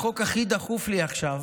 החוק הכי דחוף לי עכשיו